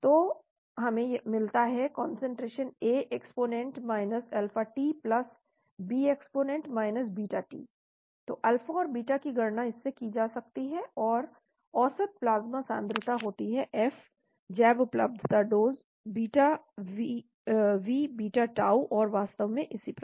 तो हम मिलता है concentration A exponent alpha tB exponent beta t तो अल्फा और बीटा की गणना इस से की जा सकती है और औसत प्लाज्मा सांद्रता होती है F जैव उपलब्धता dose beta V beta tau और वास्तव में इसी प्रकार